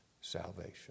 salvation